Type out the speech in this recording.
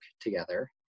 together